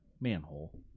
manhole